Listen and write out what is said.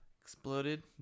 Exploded